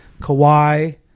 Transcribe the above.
Kawhi